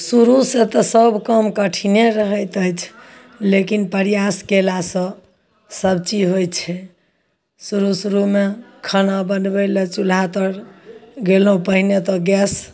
शुरूसँ तऽ सब काम कठिने रहैत अछि लेकिन प्रयास कयलासँ सब चीज होइ छै शुरु शुरुमे खाना बनबय लए चुल्हा तर गेलहुँ पहिने तऽ गैस